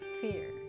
fear